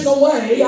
away